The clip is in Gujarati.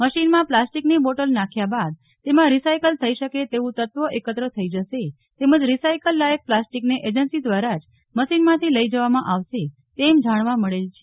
મશીનમાં પ્લાસ્ટિકની બોટલ નાખ્યા બાદ તેમાં રિસાઈકલ થઈ શકે તેવું તત્વ એકત્ર થઈ જશે તેમજ રિસાઈકલ લાયક પ્લાસ્ટિકને એજન્સી દ્વારા જ મશીનમાંથી લઈ જવામાં આવશે તેમ જાણવા મળેલ છે